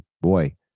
boy